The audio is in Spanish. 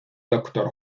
doctor